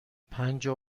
پنجاه